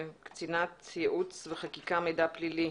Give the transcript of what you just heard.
קצינת ייעוץ וחקיקה מידע פלילי